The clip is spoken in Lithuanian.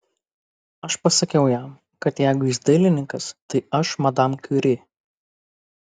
aš pasakiau jam kad jeigu jis dailininkas tai aš madam kiuri